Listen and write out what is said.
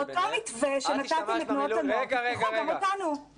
באותו מתווה שנתתם לתנועות הנוער תפתחו גם אותנו,